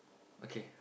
okay